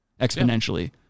exponentially